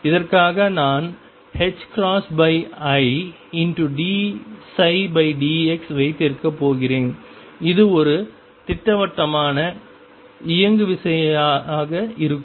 இதற்காக நான் idψ dx வைத்திருக்கப் போகிறேன் இது ஒரு திட்டவட்டமான இயங்குவிசையாக இருக்கும்